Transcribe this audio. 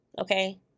okay